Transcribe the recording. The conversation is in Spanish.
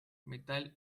metal